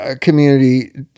community